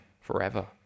forever